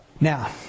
Now